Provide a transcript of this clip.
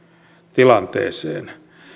tilanteeseen